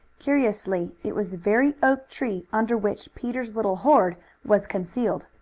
curiously it was the very oak tree under which peter's little hoard was concealed.